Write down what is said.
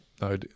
no